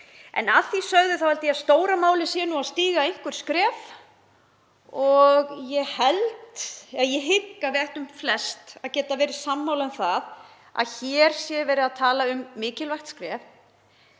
Að því sögðu held ég að stóra málið sé að stíga einhver skref og ég hygg að við ættum flest að geta verið sammála um það að hér sé verið að tala um mikilvægt skref